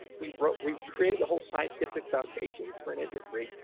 we wrote we created the whole scientific foundations for an industry.